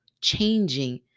changing